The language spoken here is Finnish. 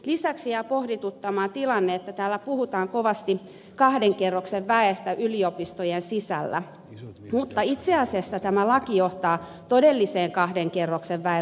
lisäksi jää pohdituttamaan tilanne että täällä puhutaan kovasti kahden kerroksen väestä yliopistojen sisällä mutta itse asiassa tämä laki johtaa todelliseen kahden kerroksen väen muodostumiseen